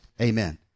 Amen